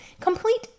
complete